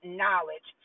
knowledge